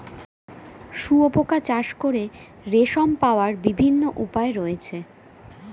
শুঁয়োপোকা চাষ করে রেশম পাওয়ার বিভিন্ন উপায় রয়েছে